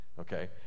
Okay